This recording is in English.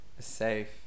safe